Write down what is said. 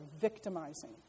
victimizing